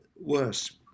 worse